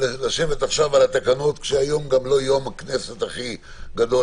לשבת עכשיו על התקנות כשהיום גם לא יום הכנסת הכי גדול,